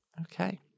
Okay